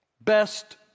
best